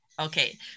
Okay